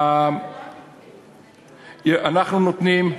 אנחנו נותנים.